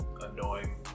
annoying